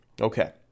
Okay